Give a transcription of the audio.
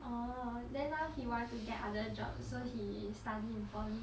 oh then now he wants to get other jobs so he studied in poly